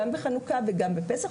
גם בחנוכה וגם בפסח,